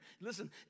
listen